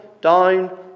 down